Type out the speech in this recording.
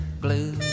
blue